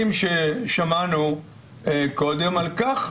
הנכוחים והידועים ששמענו קודם על כך.